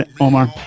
Omar